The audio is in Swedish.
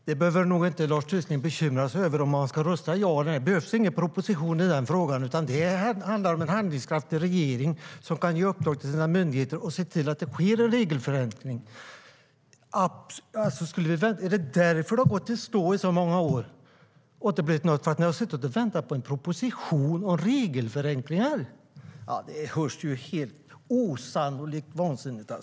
Herr talman! Lars Tysklind behöver nog inte bekymra sig över om han ska rösta ja eller nej. Det behövs ingen proposition i den frågan, utan det handlar om en handlingskraftig regering som kan ge uppdrag till sina myndigheter och se till att det genomförs en regelförändring. Är det för att ni har suttit och väntat på en proposition om regelförenklingar som det har gått i stå i så många år och inte blivit något av? Det låter ju helt osannolikt vansinnigt.